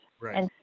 Right